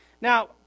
Now